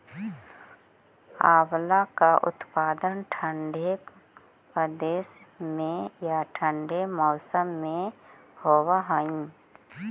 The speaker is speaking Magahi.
आंवला का उत्पादन ठंडे प्रदेश में या ठंडे मौसम में होव हई